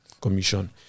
commission